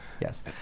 Yes